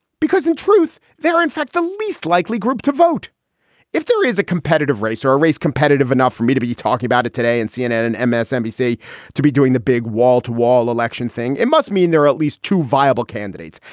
because in truth, there are in fact the least likely group to vote if there is a competitive race or a race competitive enough for me to be talking about it today. and cnn and msnbc to be doing the big wall-to-wall election thing, it must mean they're at least two viable candidates.